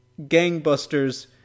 gangbusters